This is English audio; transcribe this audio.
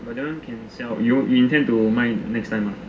but that one sell ah you intend to 卖 next time ah